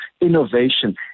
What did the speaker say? innovation